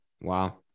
wow